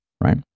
right